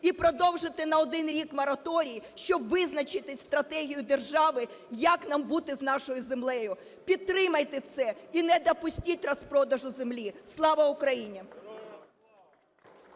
і продовжити на один рік мораторій, щоб визначити стратегію держави, як нам бути з нашою землею. Підтримайте це і не допустіть розпродажу землі! Слава Україні!